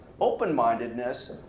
open-mindedness